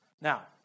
Now